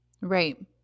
Right